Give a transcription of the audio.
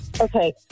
Okay